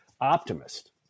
optimist